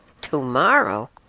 tomorrow